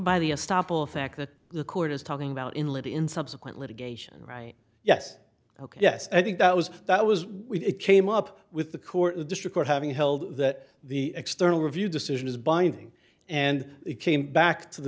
fact that the court is talking about in let in subsequent litigation right yes ok yes i think that was that was when it came up with the court the district court having held that the external review decision is binding and it came back to the